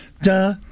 Da